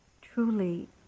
truly